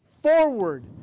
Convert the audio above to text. forward